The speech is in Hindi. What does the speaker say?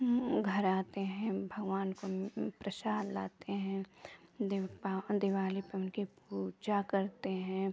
घर आते हैं भगवान को प्रसाद लाते हैं दीपा दीवाली पे उनकी पूजा करते हैं